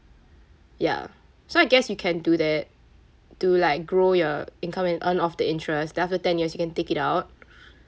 ya so I guess you can do that to like grow your income and earn off the interest then after ten years you can take it out